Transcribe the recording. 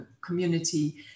community